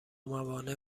موانع